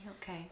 Okay